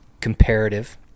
comparative